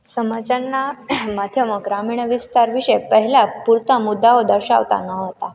સમાચારના માધ્યમો ગ્રામીણ વિસ્તાર વિશે પહેલા પૂરતા મુદ્દાઓ દર્શાવતા ન હતા